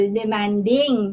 demanding